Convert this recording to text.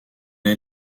est